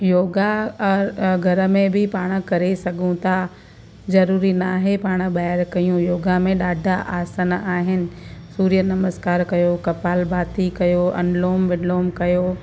योगा घर में बि पाण करे सघूं था ज़रूरी न आहे पाण ॿाहिरि कयूं योगा में ॾाढा आसन आहिनि सूर्य नमस्कार कयो कपालभाति कयो अनुलोम विलोम कयो